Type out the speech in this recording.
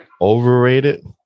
Overrated